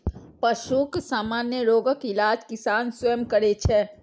पशुक सामान्य रोगक इलाज किसान स्वयं करै छै